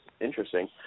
interesting